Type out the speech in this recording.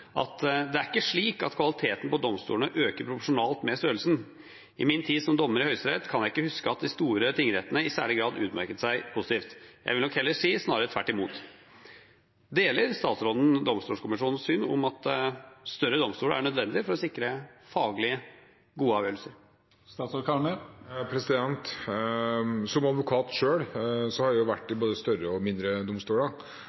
er ikke slik at kvaliteten på domstolene øker proporsjonalt med størrelsen. I min tid som dommer i Høyesterett kan jeg ikke huske at de store tingrettene i særlig grad utmerket seg positivt. Jeg vil nok heller si: Snarere tvert imot!» Deler statsråden Domstolkommisjonens syn om at større domstoler er nødvendig for å sikre faglig gode avgjørelser? Som advokat selv har jeg vært i både større og mindre domstoler, og jeg